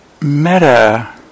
meta